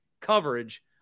coverage